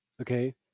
okay